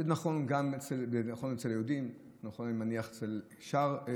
זה נכון אצל היהודים, ונכון, אני מניח, אצל השאר,